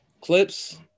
Clips